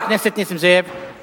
חבר הכנסת נסים זאב, ברשותך.